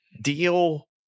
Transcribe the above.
deal